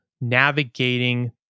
navigating